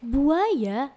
Buaya